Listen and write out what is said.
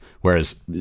Whereas